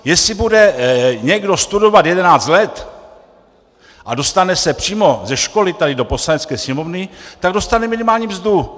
Jestli bude někdo studovat jedenáct let a dostane se přímo ze školy tady do Poslanecké sněmovny, tak dostane minimální mzdu.